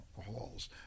halls